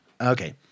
Okay